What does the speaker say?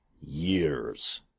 years